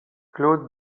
claude